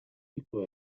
pico